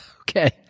Okay